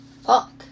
fuck